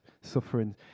suffering